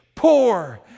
Poor